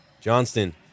Johnston